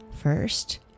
First